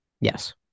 Yes